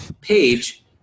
page